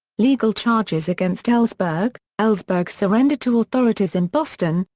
legal charges against ellsberg ellsberg surrendered to authorities in boston,